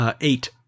eight